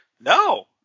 no